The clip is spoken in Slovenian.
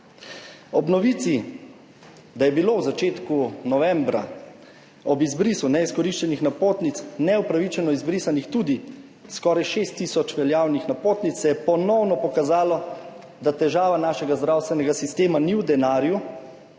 Ob novici, da je bilo v začetku novembra ob izbrisu neizkoriščenih napotnic neupravičeno izbrisanih tudi skoraj 6 tisoč veljavnih napotnic, se je ponovno pokazalo, da težava našega zdravstvenega sistema ni v denarju,